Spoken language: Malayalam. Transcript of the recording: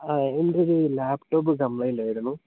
ആ എൻറ്റൊരു ലാപ്പ്ടോപ്പ് കംപ്ലെയ്ൻറ്റ് ആയിരുന്നു